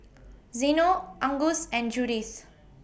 Zeno Angus and Judith